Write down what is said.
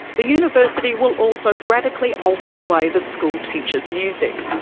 the university will also radically alter the way the school teaches music.